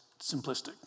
simplistic